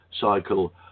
cycle